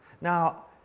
now